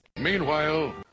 Meanwhile, (